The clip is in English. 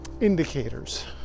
indicators